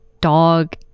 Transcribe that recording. dog